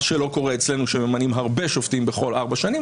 מה שלא קורה אצלנו שממנים הרבה שופטים בכל ארבע שנים.